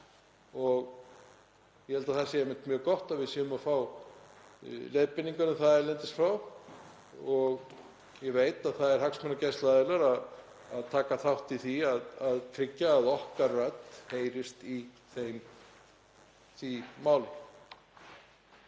Ég held að það sé mjög gott að við séum að fá leiðbeiningar um það erlendis frá og ég veit að það eru hagsmunagæsluaðilar að taka þátt í því að tryggja að okkar rödd heyrist í því máli.